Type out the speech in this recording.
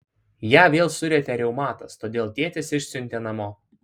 ją vėl surietė reumatas todėl tėtis išsiuntė namo